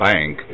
Bank